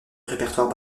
répertoire